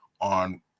on